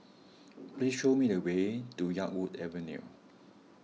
please show me the way to Yarwood Avenue